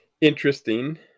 Interesting